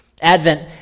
Advent